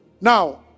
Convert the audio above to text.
Now